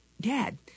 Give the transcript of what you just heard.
Dad